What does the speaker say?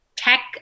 tech